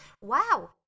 wow